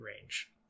range